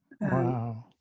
Wow